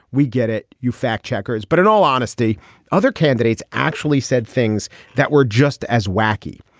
we get it. you fact checkers. but in all honesty other candidates actually said things that were just as wacky.